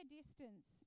distance